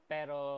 Pero